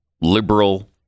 liberal